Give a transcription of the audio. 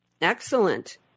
Excellent